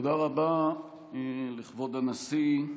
תודה רבה לכבוד הנשיא.